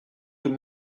tout